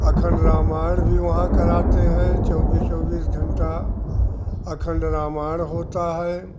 अखण्ड रामायण भी वहाँ कराते हैं चौबीस चौबीस घंटा अखण्ड रामायण होता है